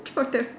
for them